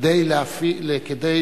כדי